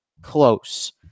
close